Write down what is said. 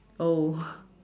oh